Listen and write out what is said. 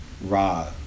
raw